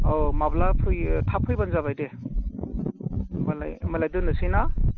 औ माब्ला फैयो थाब फैब्लानो जाबाय दे होमब्लालाय होमब्लालाय दोननोसै न